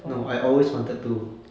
no I always wanted to